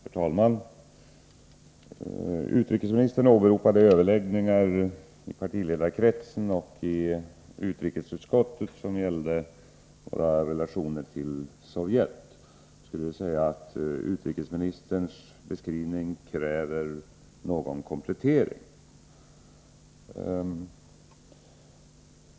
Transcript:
Herr talman! Utrikesministern åberopade överläggningar i partiledarkretsen och i utrikesutskottet som gällde våra relationer till Sovjet. Jag skulle vilja säga att utrikesministerns beskrivning kräver någon komplettering.